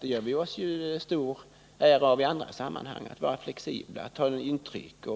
Vi gör oss ju stor ära i andra sammanhang av att vara det, att ta intryck